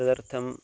तदर्थम्